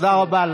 תודה רבה.